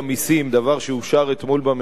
דבר שאושר אתמול בממשלה,